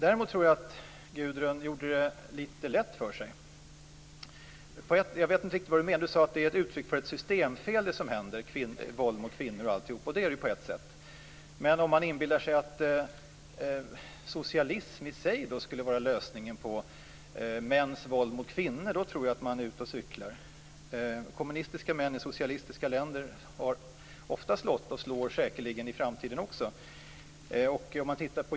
Jag tror att Gudrun gjorde det lite lätt för sig. Jag vet inte riktigt vad hon menar när hon säger att det som händer, våld mot kvinnor bl.a., är ett uttryck för ett systemfel. Det är det ju på ett sätt, men om man inbillar sig att socialism i sig skulle vara lösningen på problemet med mäns våld mot kvinnor tror jag att man är ute och cyklar. Kommunistiska män i socialistiska länder har ofta slagit, och slår säkerligen i framtiden också.